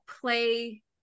play